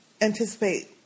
anticipate